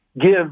give